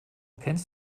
kennst